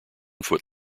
foot